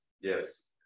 Yes